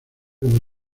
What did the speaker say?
como